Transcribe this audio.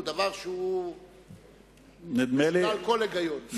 זה דבר משולל כל היגיון.